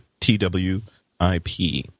TWIP